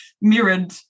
mirrored